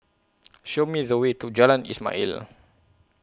Show Me The Way to Jalan Ismail